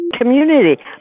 Community